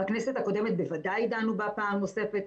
בכנסת הקודמת בוודאי דנו בה פעם נוספת,